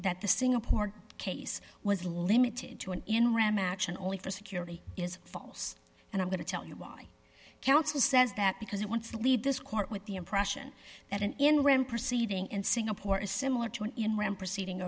that the singapore case was limited to an in ram action only for security is false and i'm going to tell you why counsel says that because it wants to lead this court with the impression that an enron perceiving in singapore is similar to an enron proceeding